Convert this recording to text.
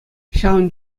ҫавӑн